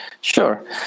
Sure